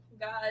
God